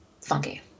funky